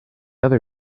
other